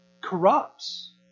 corrupts